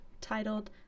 titled